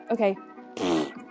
okay